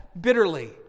bitterly